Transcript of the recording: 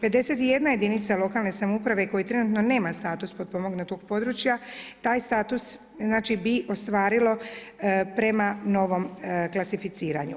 51 jedinica lokalne samouprave koja trenutno nema status potpomognutog područja taj status bi ostvarilo prema novom klasificiranju.